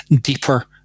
deeper